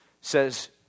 says